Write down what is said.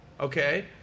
okay